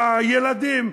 והילדים,